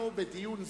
אנחנו בדיון זה,